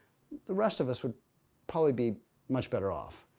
the rest of us would probably be much better off.